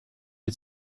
die